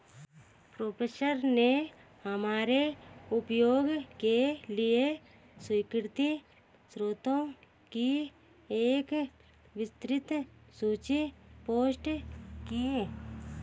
professor ने हमारे उपयोग के लिए स्वीकृत स्रोतों की एक विस्तृत सूची पोस्ट की